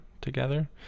together